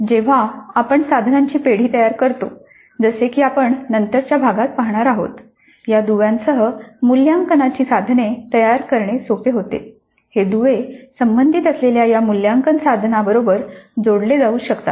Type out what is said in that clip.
जेव्हा आपण साधनांची पेढी तयार करतो जसे की आपण नंतरच्या भागात पाहणार आहोत या दुव्यांसह मूल्यांकनाची साधने तयार करणे सोपे होते हे दुवे संबंधित असलेल्या या मूल्यांकन साधना बरोबर जोडले जाऊ शकतात